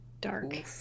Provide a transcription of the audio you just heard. dark